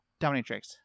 Dominatrix